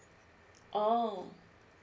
oo